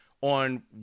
on